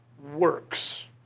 Works